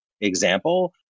example